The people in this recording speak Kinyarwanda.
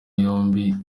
yombi